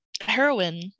heroin